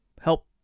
help